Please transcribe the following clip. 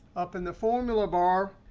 up in the formula bar,